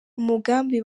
umugambi